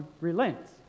relents